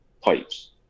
pipes